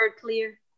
clear